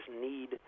need